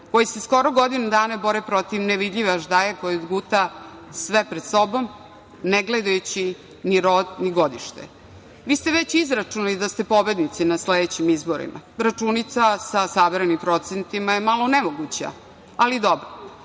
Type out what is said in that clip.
koji se skoro godinu dana bore protiv nevidljive aždaje koja guta sve pred sobom, ne gledajući ni rok ni godište. Vi ste već izračunali da ste pobednici na sledećim izborima, računica sa sabranim procentima je malo nemoguća, ali dobro.